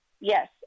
Yes